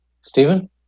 Stephen